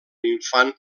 infant